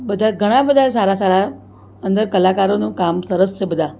બધા ઘણા બધા સારા સારા અંદર કલાકારોનું કામ સરસ છે બધા